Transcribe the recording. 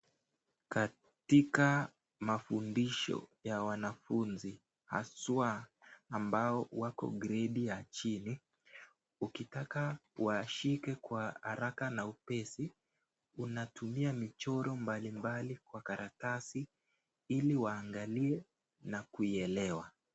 Katika mafundisho ya wanafunzi haswa ambao wako gredi ya pili ukitaka uwashike kwa haraka na upesi unatumia michoro mbali mbali kwa karatasi ili waangalie na kuielewa.